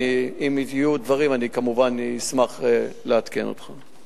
אם יהיו דברים אני כמובן אשמח לעדכן אותך.